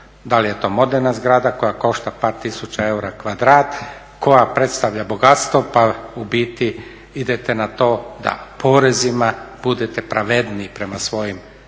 da li je to moderna zgrada koja košta par tisuća eura kvadrat, koja predstavlja bogatstvo, pa u biti idete na to da porezima budete pravedniji prema svojim